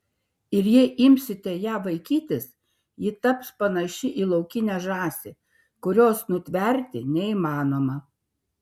ir jei imsite ją vaikytis ji taps panaši į laukinę žąsį kurios nutverti neįmanoma